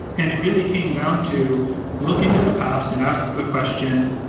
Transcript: and it really came down to look into the past and ask the question,